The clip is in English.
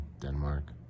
Denmark